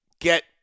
get